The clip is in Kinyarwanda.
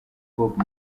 bob